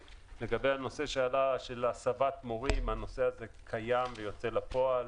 לגבי הנושא של הסבת מורי דרך הנושא הזה קיים ויוצא אל הפועל.